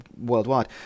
worldwide